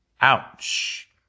Ouch